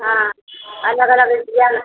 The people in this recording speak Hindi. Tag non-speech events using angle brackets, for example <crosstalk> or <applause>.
हाँ अलग अलग <unintelligible>